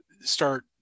start